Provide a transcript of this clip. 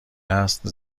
است